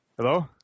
Hello